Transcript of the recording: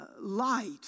light